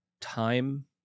Time